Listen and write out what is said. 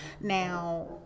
now